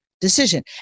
decision